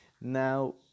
Now